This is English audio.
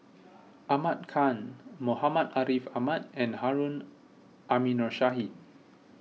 Ahmad Khan Muhammad Ariff Ahmad and Harun Aminurrashid